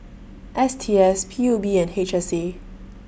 S T S P U B and H S A